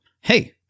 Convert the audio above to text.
Hey